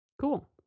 Cool